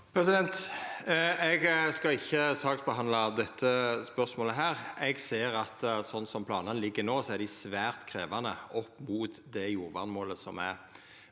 Eg skal ikkje saksbehandla dette spørsmålet her. Eg ser at sånn som planane er no, er dei svært krevjande opp mot det jordvernmålet som er.